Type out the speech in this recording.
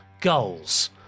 goals